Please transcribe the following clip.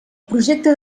projecte